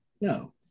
no